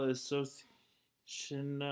Association